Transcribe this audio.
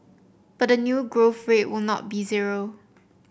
but the new growth rate will not be zero